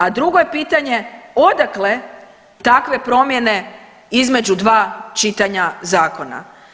A drugo je pitanje odakle takve promjene između dva čitanja zakona?